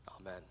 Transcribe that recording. Amen